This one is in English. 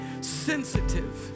sensitive